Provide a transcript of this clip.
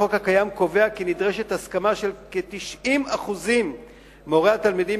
החוק הקיים קובע כי נדרשת הסכמה של כ-90% מהורי התלמידים